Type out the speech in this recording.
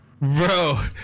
Bro